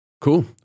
Cool